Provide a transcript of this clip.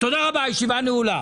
תודה רבה, הישיבה נעולה.